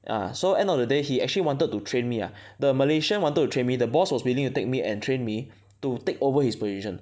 ah so end of the day he actually wanted to train me ah the Malaysian wanted to train me the boss was willing to take me and train me to take over his position